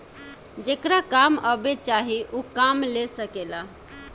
जेकरा काम अब्बे चाही ऊ काम ले सकेला